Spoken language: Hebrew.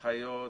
אחיות,